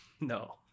No